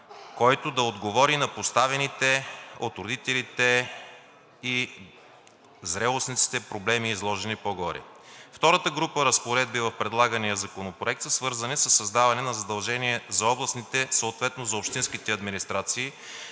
който да отговори на поставените от родителите и зрелостниците проблеми, изложени по-горе. Втората група разпоредби в предлагания законопроект са свързани със създаване на задължения за областните, съответно за общинските администрации,